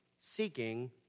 seeking